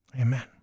Amen